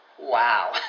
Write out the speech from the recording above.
Wow